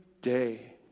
day